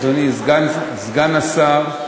אדוני סגן השר,